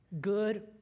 good